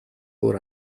өөр